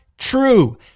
True